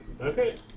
Okay